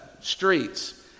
streets